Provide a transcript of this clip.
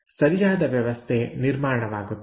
ಸರಿಯಾದ ವ್ಯವಸ್ಥೆ ನಿರ್ಮಾಣವಾಗುತ್ತದೆ